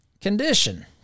condition